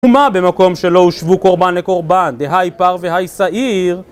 ומה במקום שלא הושוו קורבן לקורבן, דהאי פר והאי שעיר.